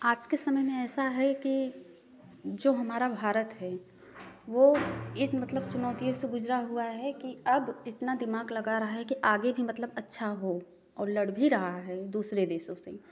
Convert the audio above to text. आज के समय मे ऐसा है कि जो हमारा भारत है वो ये मतलब चुनौतियों से गुजरा हुआ है कि अब इतना दिमाग लगा रहा है कि आगे भी मतलब अच्छा हो और लड़ भी रहा है दूसरे देशों से